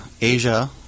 Asia